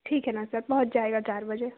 ठीक है ना सर पहुँच जाएगा चार बजे